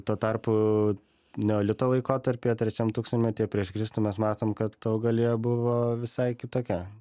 tuo tarpu neolito laikotarpyje trečiam tūkstantmetyje prieš kristų mes matom kad augalija buvo visai kitokia